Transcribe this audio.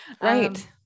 Right